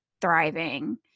thriving